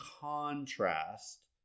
contrast